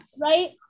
Right